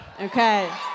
Okay